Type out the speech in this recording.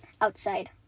outside